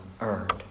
earned